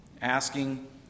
asking